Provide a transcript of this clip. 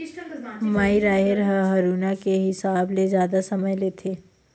माई राहेर ह हरूना के हिसाब ले जादा समय लेथे